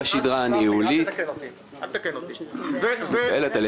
אתה יודע מה